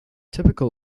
typical